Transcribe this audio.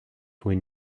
when